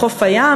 בחוף הים,